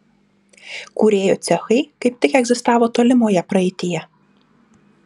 kūrėjų cechai kaip tik egzistavo tolimoje praeityje